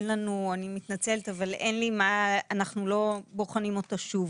אני מתנצלת, אבל אנחנו לא בוחנים אותה שוב.